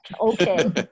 okay